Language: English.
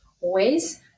ways